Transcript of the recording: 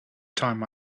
time